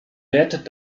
wertet